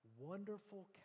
wonderful